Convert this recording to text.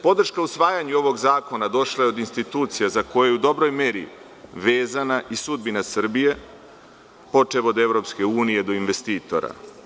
Podrška usvajanja ovog zakona došla je od institucije za koju je u dobroj meri vezana i sudbina Srbije, počev od EU do investitora.